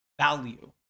value